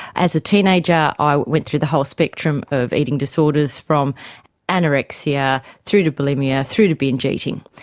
as a teenager i went through the whole spectrum of eating disorders, from anorexia through to bulimia through to binge eating.